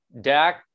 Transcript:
Dak